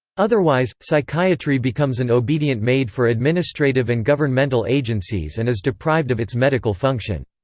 otherwise, psychiatry becomes an obedient maid for administrative and governmental agencies and is deprived of its medical function.